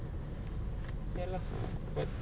ya lah